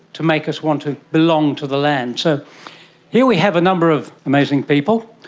to make us want to belong to the land. so here we have a number of amazing people.